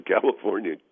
California